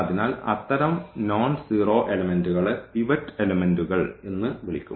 അതിനാൽ അത്തരം non zero എലെമെന്റ്കളെ പിവറ്റ് എലെമെന്റ്കൾ എന്ന് വിളിക്കും